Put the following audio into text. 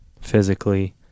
physically